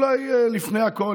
אולי לפני הכול,